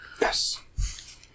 Yes